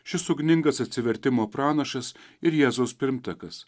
šis ugningas atsivertimo pranašas ir jėzaus pirmtakas